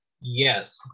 Yes